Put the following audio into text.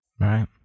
Right